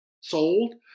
sold